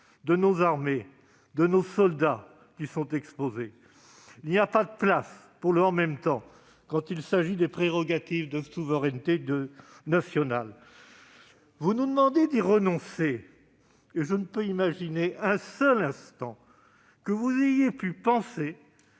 de nos armées et de nos soldats qui sont exposés ; il n'y a pas de place pour le « en même temps » quand il y va des prérogatives de souveraineté nationale. Vous nous demandez de renoncer à une loi d'actualisation. Je ne peux imaginer un seul instant que vous ayez pu penser